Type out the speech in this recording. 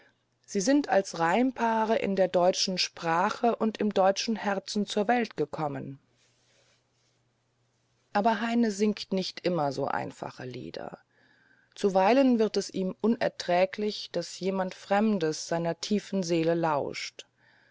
sie sind als reimpaare in der deutschen sprache und im deutschen herzen zur welt gekommen aber heine singt nicht immer so einfache lieder zuweilen wird es ihm unerträglich daß jemand fremdes aus seiner seele lauscht